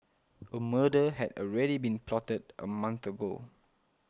a murder had already been plotted a month ago